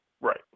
Right